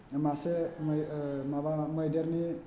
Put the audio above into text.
मासे मै माबा मैदेरनि